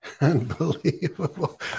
Unbelievable